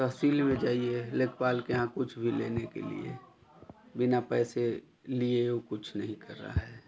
तहसील में जाइए लोकपाल के यहाँ कुछ भी लेने के लिए बिना पैसे लिए कुछ नहीं कर रहा है